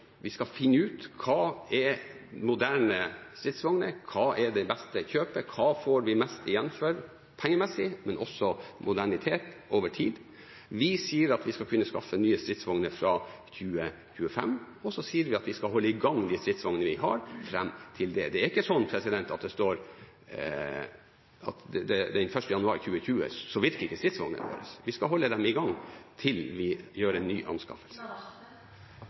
Vi skal finne ut hva som er moderne stridsvogner, hva som er det beste kjøpet, hva vi får mest igjen for pengemessig – men også i modernitet – over tid. Vi sier at vi skal kunne skaffe nye stridsvogner fra 2025, og vi sier at vi skal holde i gang de stridsvognene vi har fram til den tid. Det er ikke sånn at stridsvognene ikke virker den 1. januar 2020. Vi skal holde dem i gang til vi gjør en ny anskaffelse.